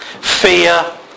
Fear